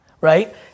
Right